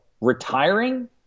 retiring